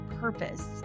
purpose